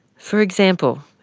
for example,